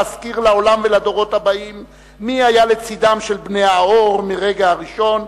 להזכיר לעולם ולדורות הבאים מי היה לצדם של בני האור מן הרגע הראשון,